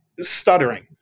Stuttering